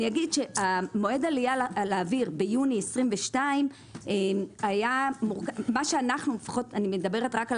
מועד עלייה לאוויר ביוני 22' היה - אני מדברת רק על